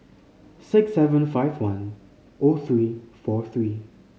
six seven five one O three four three